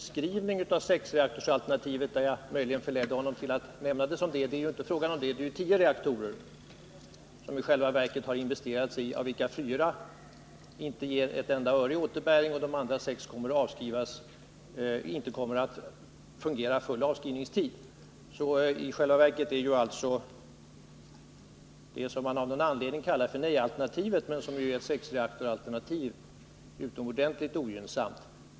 Herr talman! Jag finner det angeläget att på en punkt justera herr Torwalds beskrivning av sexreaktorsalternativet. Möjligen var det jag som förledde honom att tala om sex reaktorer. Det är emellertid inte fråga om det antalet. I själva verket har man investerat i tio reaktorer, av vilka fyra inte ger ett enda öre i återbäring. De övriga sex kommer inte att fungera under hela normala avskrivningstiden. I själva verket är alltså det som man av någon anledning kallar för nej-alternativet men som ju är ett sexreaktorsalternativ utomordentligt ogynnsamt.